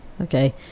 okay